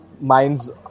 minds